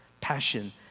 passion